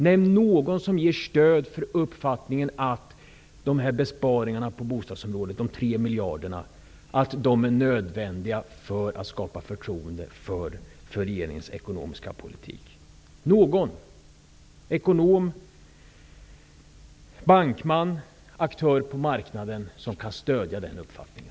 Nämn någon som ger stöd för uppfattningen att besparingar på 3 miljarder kronor på bostadsområdet är nödvändiga för att skapa förtroende för regeringens ekonomiska politik. Nämn en ekonom, bankman eller aktör på marknaden som kan stödja den uppfattningen.